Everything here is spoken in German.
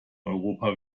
europa